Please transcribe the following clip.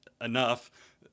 enough